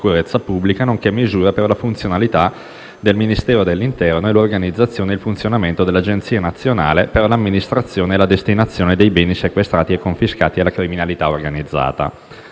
nonché misure per la funzionalità del Ministero dell'interno e l'organizzazione e il funzionamento dell'Agenzia nazionale per l'amministrazione e la destinazione dei beni sequestrati e confiscati alla criminalità organizzata.